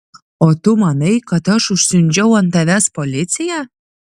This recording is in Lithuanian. o tu manai kad aš užsiundžiau ant tavęs policiją